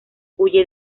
huye